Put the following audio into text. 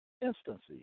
instances